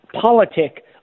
politic